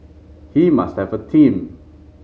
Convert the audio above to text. he must have a team